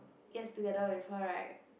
gets together with her right